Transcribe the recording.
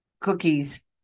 cookies